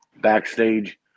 Backstage